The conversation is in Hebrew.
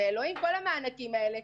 כל המענקים הללו,